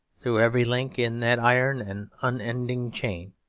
through every link in that iron and unending chain,